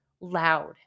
loud